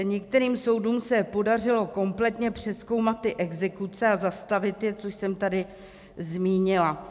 Některým soudům se podařilo kompletně přezkoumat ty exekuce a zastavit je, což jsem tady zmínila.